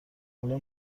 حالا